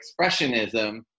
expressionism